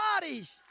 bodies